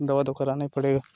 दवा तो कराना ही पड़ेगा